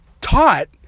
taught